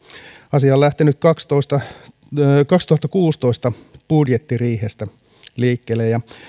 asia on lähtenyt kaksituhattakuusitoista budjettiriihestä liikkeelle ja